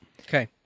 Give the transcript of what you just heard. Okay